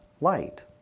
light